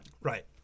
Right